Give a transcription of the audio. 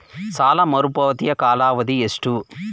ಸಾಲ ಮರುಪಾವತಿಯ ಕಾಲಾವಧಿ ಎಷ್ಟು?